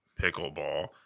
pickleball